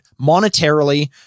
monetarily